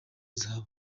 zahabu